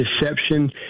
deception